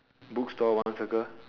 bookstore one circle